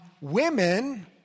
Women